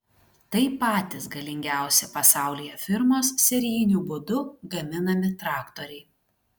tai patys galingiausi pasaulyje firmos serijiniu būdu gaminami traktoriai